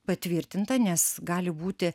patvirtinta nes gali būti